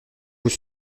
vous